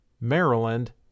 Maryland